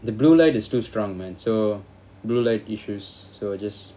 the blue light is too strong man so blue light issues so I just